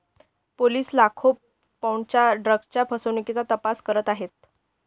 police लाखो पौंडांच्या ड्रग्जच्या फसवणुकीचा तपास करत आहेत